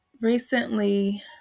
recently